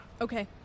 Okay